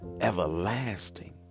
everlasting